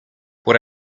por